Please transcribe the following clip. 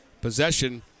possession